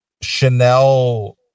Chanel